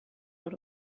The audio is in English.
out